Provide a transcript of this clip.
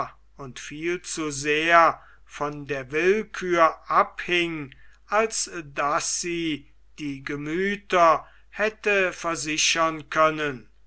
und viel zu sehr von der willkür abhing als daß sie die gemüther hätte versichern können